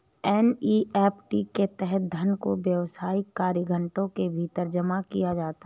NEFT के तहत धन दो व्यावसायिक कार्य घंटों के भीतर जमा किया जाता है